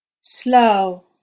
slow